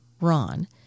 Ron